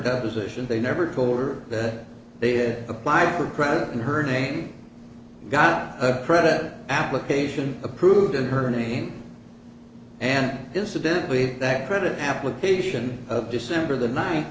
deposition they never told her that they would apply for credit in her name got a credit application approved in her name and incidentally that credit application of december the ni